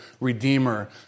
redeemer